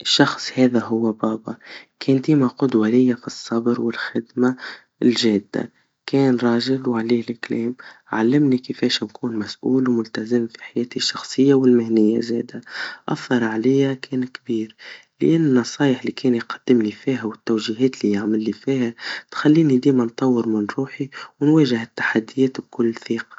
الشخص هذا هوا بابا, كان ديما قدوا ليا في الصبر والخدما الجادا, كان رجل وعليه الكلام, علمني كيفاش نكون مظبوط وملتزم في حياتي الشخصيا, والمهنيا زادا, أثره عليا كان كبير, لأن النصايح اللي كان يقدملي فيها والتوجيهات لي يعملي فيها, تخليني ديما نطور من روحي ونواجه التحديات بكل ثقا.